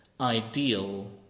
ideal